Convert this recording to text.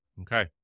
Okay